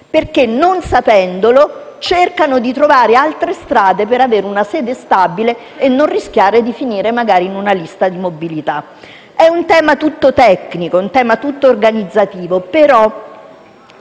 perché, non sapendolo, cercano di trovare altre strade per avere una sede stabile e non rischiare di finire magari in una lista di mobilità. È un tema tutto tecnico e organizzativo, ma